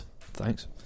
Thanks